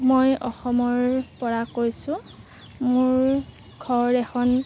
মই অসমৰপৰা কৈছোঁ মোৰ ঘৰ এখন